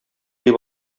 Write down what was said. дип